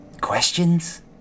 Questions